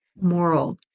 moral